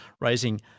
raising